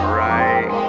right